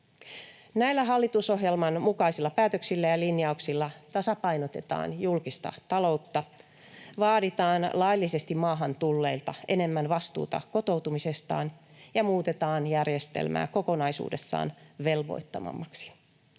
Näillä hallitusohjelman mukaisilla päätöksillä ja linjauksilla tasapainotetaan julkista taloutta, vaaditaan laillisesti maahan tulleilta enemmän vastuuta kotoutumisestaan ja muutetaan järjestelmää kokonaisuudessaan velvoittavammaksi.